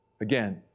Again